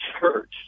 church